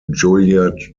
juilliard